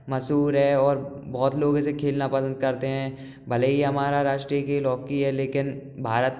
मशहूर है और बहुत लोग इसे खेलना पसंद करते हैं भले ही हमारा राष्ट्रीय खेल हॉकी है लेकिन भारत